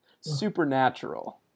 Supernatural